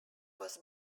was